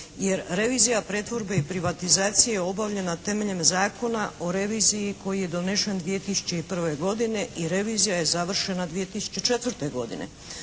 jer revizija pretvorbe i privatizacije je obavljena temeljem Zakona o reviziji koji je donesen 2001. godine i revizija je završena 2004. godine.